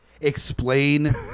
explain